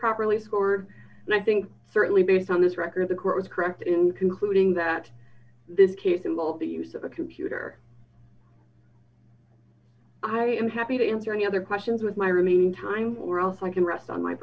properly score and i think certainly based on this record the court was correct in concluding that this case involves the use of a computer i am happy to answer any other questions with my remaining time were also i can rest on my